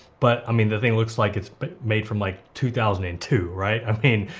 but, i mean, the thing looks like it's but made from, like, two thousand and two, right, i mean,